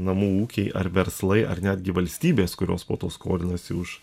namų ūkiai ar verslai ar netgi valstybės kurios po to skolinasi už